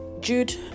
jude